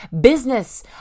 business